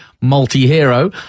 multi-hero